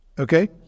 Okay